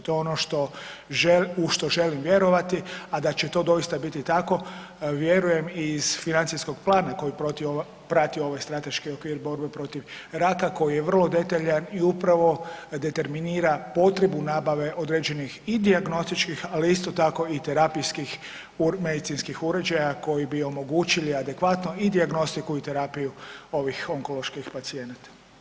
To je ono u što želim vjerovati, a da će to doista biti tako i vjerujem iz financijskog plana koji prati ovaj strateški okvir borbe protiv raka koji je vrlo detaljan i upravo determinira potrebu nabave određenih i dijagnostičkih, ali isto tako i terapijskih medicinskih uređaja koji bi omogućili adekvatno i dijagnostiku i terapiju ovih onkoloških pacijenata.